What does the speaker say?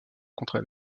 contrat